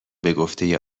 بگفته